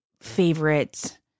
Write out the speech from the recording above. favorite